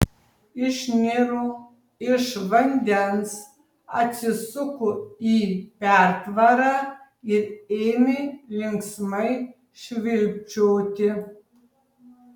išniro iš vandens atsisuko į pertvarą ir ėmė linksmai švilpčioti